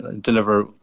deliver